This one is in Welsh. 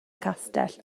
castell